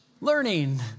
learning